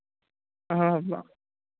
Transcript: ᱦᱮᱸ